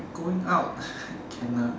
going out can ah